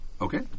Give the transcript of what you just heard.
Okay